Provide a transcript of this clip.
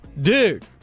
Dude